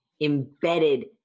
embedded